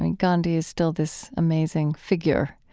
and gandhi is still this amazing figure,